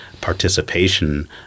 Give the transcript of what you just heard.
participation